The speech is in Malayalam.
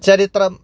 ചരിത്രം